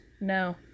No